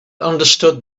understood